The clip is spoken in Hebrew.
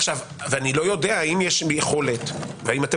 ואני לא יודע האם יש יכולת והאם אתם